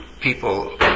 people